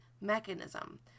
mechanism